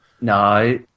No